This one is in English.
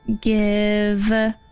give